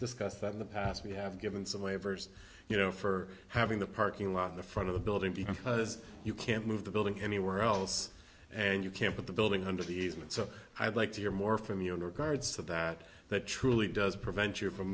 discussed that in the past we have given some waivers you know for having the parking lot in the front of the building because you can't move the building anywhere else and you can't put the building under the easement so i'd like to hear more from you in regards to that that truly does prevent you from